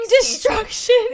destruction